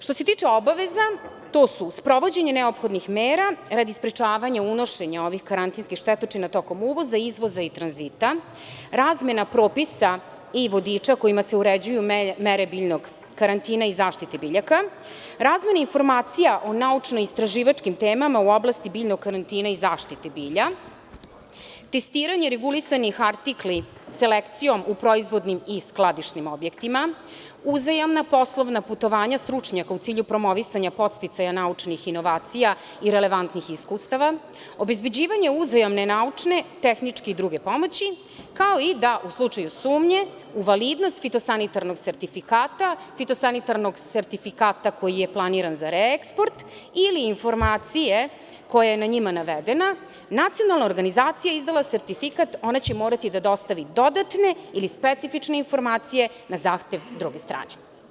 Što se tiče obaveza, to su sprovođenje neophodnih mera radi sprečavanja unošenja ovih karantinskih štetočina tokom uvoza i izvoza i tranzita, razmena propisa i vodiča kojima se uređuju mere biljnog karantina i zaštite biljaka, razmene informacija o naučno-istraživačkim temama u oblasti biljnog karantina i zaštiti bilja, testiranje regulisanih artikala selekcijom u proizvodnim i skladišnim objektima, uzajamna poslovna putovanja stručnjaka u cilju promovisanja podsticaja naučnih inovacija i relevantnih iskustava, obezbeđivanje uzajamne naučne, tehničke i druge pomoći, kao i da u slučaju sumnje u validnost fitosanitarnog sertifikata, fitosanitarnog sertifikata koji je planiran za reeksoport ili informacije koja je na njima navedena, nacionalna organizacija je izdala sertifikat, ona će morati da dostavi dodatne ili specifične informacije na zahtev druge strane.